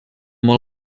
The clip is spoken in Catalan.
molt